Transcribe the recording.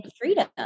freedom